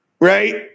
Right